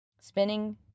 Spinning